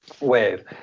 wave